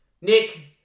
Nick